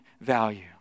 value